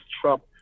Trump